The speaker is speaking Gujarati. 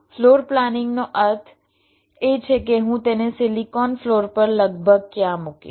ફ્લોર પ્લાનિંગનો અર્થ એ છે કે હું તેને સિલિકોન ફ્લોર પર લગભગ ક્યાં મૂકીશ